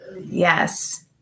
Yes